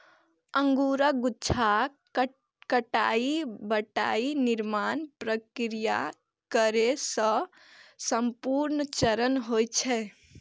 अंगूरक गुच्छाक कटाइ वाइन निर्माण प्रक्रिया केर सबसं महत्वपूर्ण चरण होइ छै